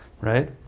right